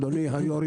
אדוני היושב-ראש,